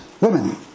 women